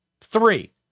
three